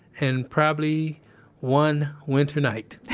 and probably one winter night.